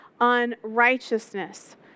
unrighteousness